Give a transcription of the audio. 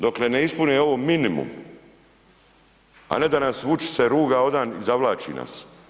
Dokle ne ispune ovo minimum, a ne da nam Vučić se ruga odan i zavlači nas.